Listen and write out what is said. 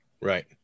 Right